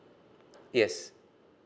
yes